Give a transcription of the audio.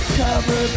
cover